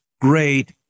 great